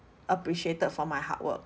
appreciated for my hard work